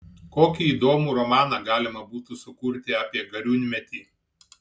kokį įdomų romaną galima būtų sukurti apie gariūnmetį